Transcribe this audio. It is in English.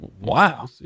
Wow